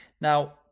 Now